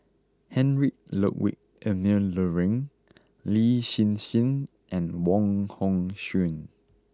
Heinrich Ludwig Emil Luering Lin Hsin Hsin and Wong Hong Suen